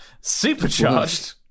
supercharged